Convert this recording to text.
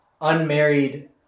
unmarried